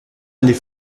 aller